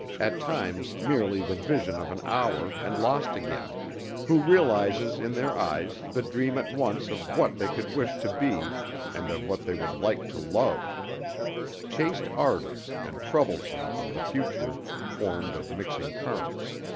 at times merely the vision of an hour and lost again who realizes in their eyes the dream at once of what they could wish to be and of what they would like to love chaste ardors and troublesome, of the future, formed of mixing currents.